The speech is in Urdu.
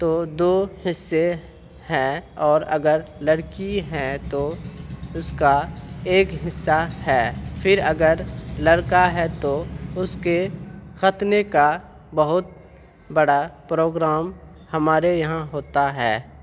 تو دو حصے ہیں اور اگر لڑکی ہیں تو اس کا ایک حصہ ہے پھر اگر لڑکا ہے تو اس کے ختنے کا بہت بڑا پروگرام ہمارے یہاں ہوتا ہے